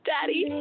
Daddy